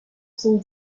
zum